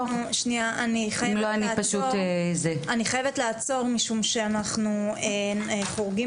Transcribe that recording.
אני חייבת לעצור משום שאנחנו חורגים